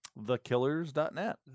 Thekillers.net